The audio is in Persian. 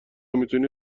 میتونی